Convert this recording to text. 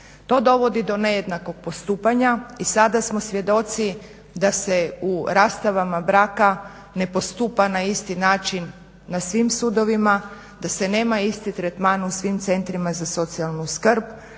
to dovodi do nejednakog postupanja. I sada smo svjedoci da se u rastavama braka ne postupa na isti način na svim sudovima, da se nema isti tretman u svim centrima za socijalnu skrb,